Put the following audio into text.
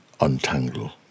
untangle